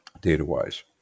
data-wise